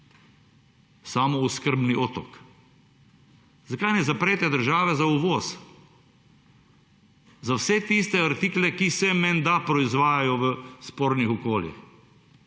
samooskrbni otok. Zakaj ne zaprete države za uvoz, za vse tiste artikle, ki se menda proizvajajo v spornih okoljih,